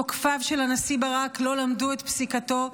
תוקפיו של הנשיא ברק לא למדו את פסיקתו,